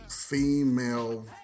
female